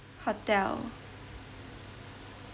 hotel